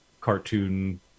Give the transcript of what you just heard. cartoon